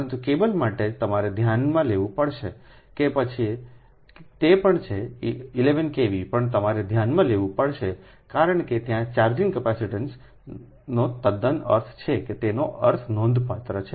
પરંતુ કેબલ માટે તમારે ધ્યાનમાં લેવું પડશેતે પણ છે 11 KV પણ તમારે ધ્યાનમાં લેવું પડશેકારણ કે ત્યાં ચાર્જિંગ કેપેસિટીન્સનો તદ્દન અર્થ છે કે તેનો અર્થ નોંધપાત્ર છે